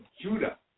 Judah